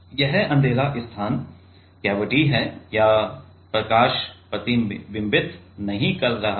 यह अंधेरा स्थान कैविटी है या प्रकाश प्रतिबिंबित नहीं कर रहा है